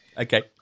Okay